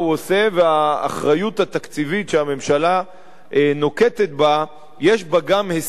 והאחריות התקציבית שהממשלה נוקטת יש בה גם הישגים,